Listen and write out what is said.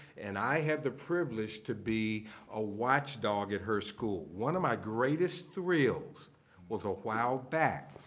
and i have the privilege to be a watch d o g. at her school. one of my greatest thrills was a while back.